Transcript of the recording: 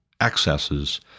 excesses